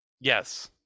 Yes